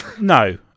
No